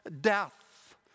death